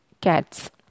cats